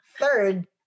Third